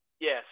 Yes